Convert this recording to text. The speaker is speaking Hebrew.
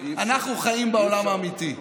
אנחנו חיים בעולם האמיתי,